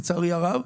לצערי הרב,